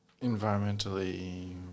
Environmentally